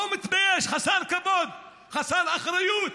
לא מתבייש, חסר כבוד, חסר אחריות.